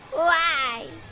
why?